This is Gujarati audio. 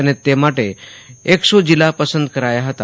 અને તે માટે એકસો જિલ્લા પસંદ કરાયા હતા